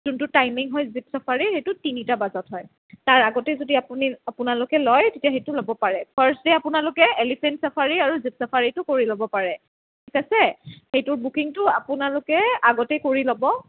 যোনটো টাইমিং হয় জিপ চাফাৰীৰ সেইটো তিনিটা বজাত হয় তাৰ আগতে যদি আপুনি আপোনোলোকে লয় তেতিয়া সেইটো ল'ব পাৰে ফাৰ্ষ্ট ডে আপোনালোকে এলিফেন্ট চাফাৰী আৰু জীপ চাফাৰীটো কৰি ল'ব পাৰে ঠিক আছে সেইতো বুকিংটো আপোনালোকে আগতে কৰি ল'ব